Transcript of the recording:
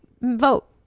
vote